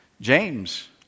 James